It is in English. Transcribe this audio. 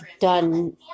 done